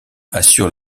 assure